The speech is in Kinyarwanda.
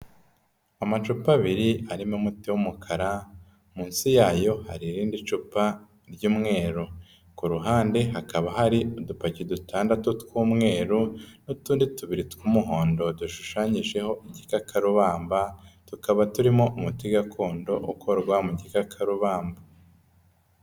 Amacupa abiri arimo umuti w'umukara, munsi yayo hari irindi cupa ry'umweru, ku ruhande hakaba hari udupaki dutandatu tw'umweru n'utundi tubiri tw'umuhondo dushushanyijeho igikakarubamba, tukaba turimo umuti gakondo ukorwa mu gikakarubamba.